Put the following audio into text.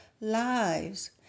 lives